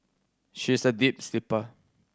she is a deep sleeper